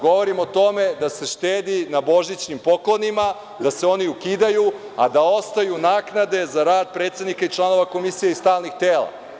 Govorim o tome da se štedi na božićnim poklonima, da se oni ukidaju, a da ostaju naknade za rad predsednika i članova komisije i stalnih tela.